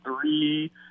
three